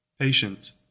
Patience